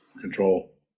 control